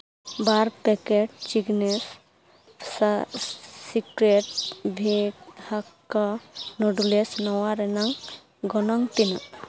ᱵᱟᱨ packet Ching's secret ᱵᱷᱮᱡᱽ hakka noodles ᱱᱚᱣᱟ ᱨᱮᱱᱟᱜ ᱜᱚᱱᱚᱝ ᱛᱤᱱᱟᱹᱜ